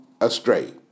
astray